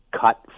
cut